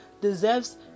deserves